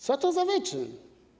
Co to za wyczyn.